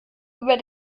über